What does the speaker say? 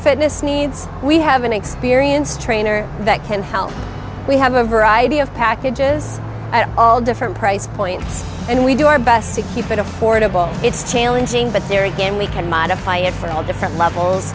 fitness needs we have an experienced trainer that can help we have a variety of packages at all different price points and we do our best to keep it affordable it's challenging but there again we can modify it for all different levels